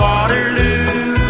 Waterloo